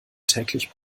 täglich